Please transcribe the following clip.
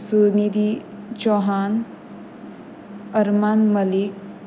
Sunidhi Chauhan Armaan Malik